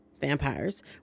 vampires